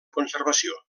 conservació